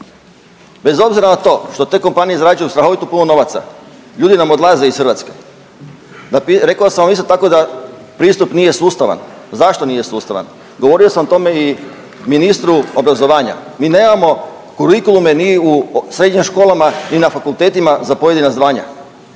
Bez obzira na to što te kompanije zarađuju strahovito puno novaca ljudi nam odlaze iz Hrvatske. Rekao sam vam isto tako da pristup nije sustavan. Zašto nije sustavan? Govorio sam o tome i ministru obrazovanja obrazovanja. Mi nemamo kurikulume ni u srednjim školama, ni na fakultetima za pojedina zvanja,